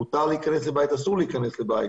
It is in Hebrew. אם מותר להיכנס לבית או אסור להיכנס לבית,